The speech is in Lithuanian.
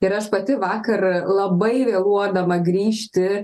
ir aš pati vakar labai vėluodama grįžti